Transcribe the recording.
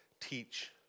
teach